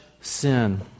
sin